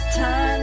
time